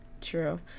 True